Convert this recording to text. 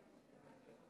(אומר בערבית: